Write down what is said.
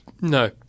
No